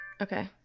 Okay